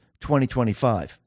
2025